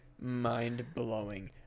mind-blowing